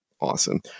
Awesome